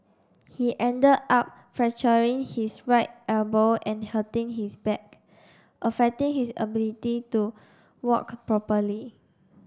he ended up fracturing his right elbow and hurting his back affecting his ability to walk properly